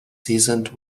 seasoned